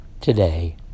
today